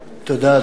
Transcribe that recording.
תודה.